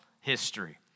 history